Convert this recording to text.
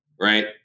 Right